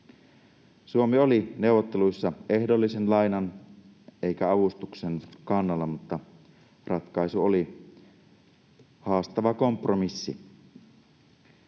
Suomi oli neuvotteluissa ehdollisen lainan eikä avustuksen kannalla, mutta ratkaisu oli haastava kompromissi.